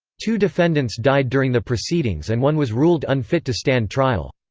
two defendants died during the proceedings and one was ruled unfit to stand trial.